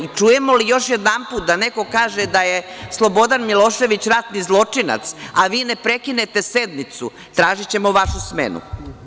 I čujemo li još jedanput da neko kaže da je Slobodan Milošević ratni zločinac a vi ne prekinete sednicu, tražićemo vašu smenu.